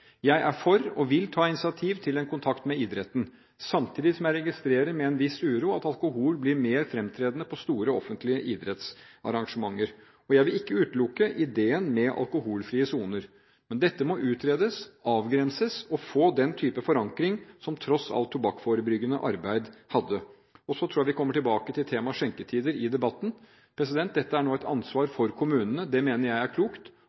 Jeg er for å ta, og vil ta, initiativ til en kontakt med idretten, samtidig som jeg registrerer med en viss uro at alkohol blir mer fremtredende på store offentlige idrettsarrangementer. Jeg vil ikke utelukke ideen med alkoholfrie soner, men dette må utredes, avgrenses og få den type forankring som tross alt det tobakksforebyggende arbeid hadde. Så tror jeg vi kommer tilbake til temaet skjenketider i debatten. Dette er nå et ansvar for kommunene. Det mener jeg er klokt.